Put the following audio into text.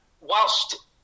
whilst